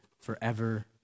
forever